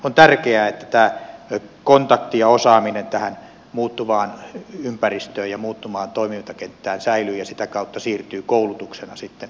on tärkeää että tämä osaaminen ja kontakti tähän muuttuvaan ympäristöön ja muuttuvaan toimintakenttään säilyy ja sitä kautta siirtyy koulutuksena koulutettaville